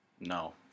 No